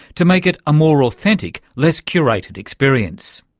to make it a more authentic, less curated experience.